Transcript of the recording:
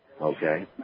Okay